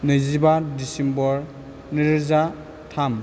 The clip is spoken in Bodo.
नैजिबा दिसेम्बर नै रोजा थाम